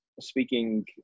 speaking